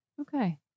Okay